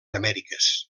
amèriques